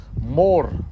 more